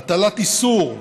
הטלת איסור המתייחס,